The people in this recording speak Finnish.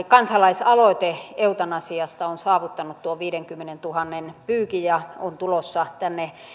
kansalaisaloite eutanasiasta on saavuttanut tuon viidenkymmenentuhannen pyykin ja on tulossa tänne